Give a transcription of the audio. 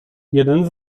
jeden